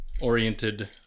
oriented